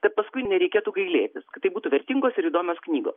kad paskui nereikėtų gailėtis kad tai būtų vertingos ir įdomios knygos